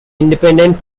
independent